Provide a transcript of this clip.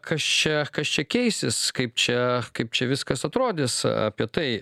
kas čia kas čia keisis kaip čia kaip čia viskas atrodys apie tai